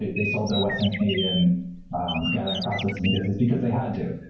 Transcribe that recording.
ah they sold their western canadian gathering processing business because they had to.